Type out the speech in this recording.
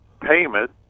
payment